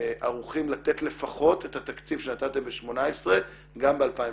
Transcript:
ערוכים לתת לפחות את התקציב שנתתם ב-18' גם ב-2019?